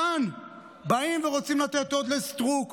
כאן באים ורוצים לתת עוד לסטרוק,